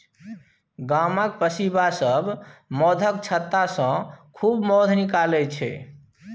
गामक पसीबा सब मौधक छत्तासँ खूब मौध निकालै छै